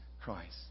Christ